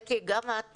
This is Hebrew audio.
אתי, גם את